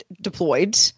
deployed